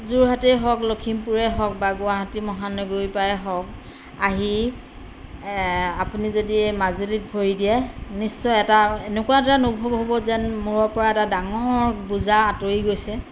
যোৰহাটেই হওক লখিমপুৰে হওক বা গুৱাহাটী মহানগৰী পৰাই হওক আহি আপুনি যদি মাজুলীত ভৰি দিয়ে নিশ্চয় এটা এনেকুৱা এটা অনুভৱ হ'ব যেন মূৰৰ পৰা এটা ডাঙৰ বোজা আঁতৰি গৈছে